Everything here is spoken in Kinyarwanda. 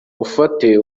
ufate